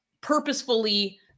purposefully